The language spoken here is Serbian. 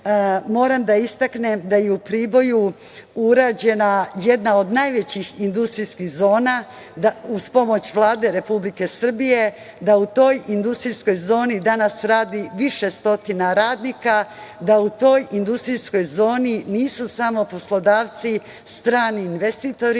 Gore. Moram da istaknem da je u Priboju urađena jedna od najvećih industrijskih zona, uz pomoć Vlade Republike Srbije, da u toj industrijskoj zoni danas radi više stotina radnika, da u toj industrijskoj zoni nisu samo poslodavci strani investitori,